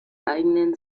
eigenen